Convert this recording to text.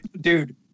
Dude